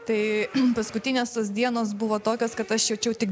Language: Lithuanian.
tai paskutinės tos dienos buvo tokios kad aš jaučiau tik